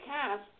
cast